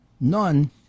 none